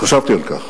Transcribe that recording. חשבתי על כך